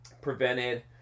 prevented